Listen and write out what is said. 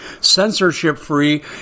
censorship-free